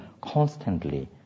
constantly